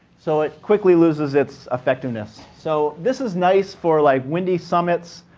so it quickly loses its effectiveness. so this is nice for like windy summits,